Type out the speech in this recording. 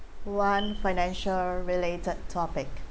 one financial related topic